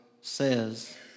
says